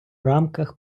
рамках